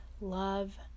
Love